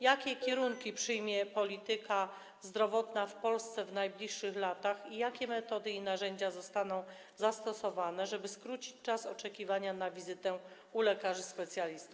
Jakie kierunki przyjmie polityka zdrowotna w Polsce w najbliższych latach i jakie metody i narzędzia zostaną zastosowane, żeby skrócić czas oczekiwania na wizytę u lekarzy specjalistów?